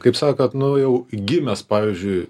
kaip sakant nu jau gimęs pavyzdžiui